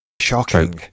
shocking